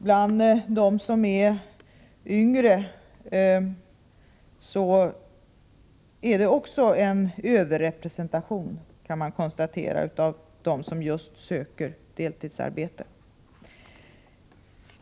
Bland de yngre är det också en överrepresentation av sådana som just söker deltidsarbete.